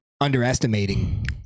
underestimating